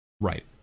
Right